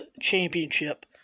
Championship